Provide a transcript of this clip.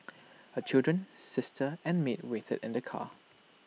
her children sister and maid waited in the car